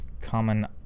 common